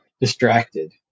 distracted